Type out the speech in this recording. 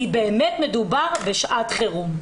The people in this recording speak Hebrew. כי באמת מדובר בשעת חירום.